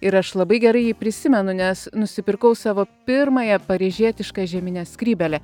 ir aš labai gerai jį prisimenu nes nusipirkau savo pirmąją paryžietišką žieminę skrybėlę